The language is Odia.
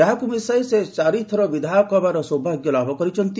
ଏହାକୁ ମିଶାଇ ସେ ଚାରିଥର ବିଧାୟକ ହେବାର ସୌଭାଗ୍ୟ ଲାଭ କରିଛନ୍ତି